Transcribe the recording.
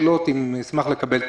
אשמח לקבל תשובה.